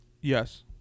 Yes